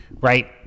Right